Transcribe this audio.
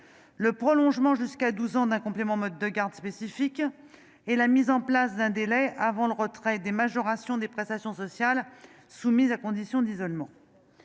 le prolongement jusqu'à 12 ans d'un complément mode de garde spécifique et la mise en place d'un délai avant le retrait des majorations des prestations sociales soumise à conditions d'isolement